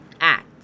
act